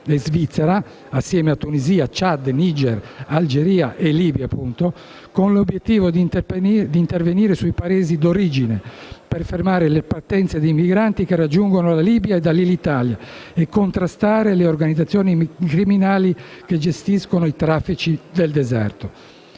e Svizzera), assieme a Tunisia, Ciad, Niger, Algeria, e Libia, con l'obiettivo di intervenire sui Paesi d'origine per fermare le partenze dei migranti che raggiungono la Libia e da lì l'Italia e contrastare le organizzazioni criminali che gestiscono i traffici del deserto.